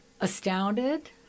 astounded